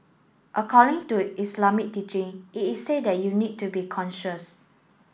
according to Islamic teaching it is said that you need to be conscious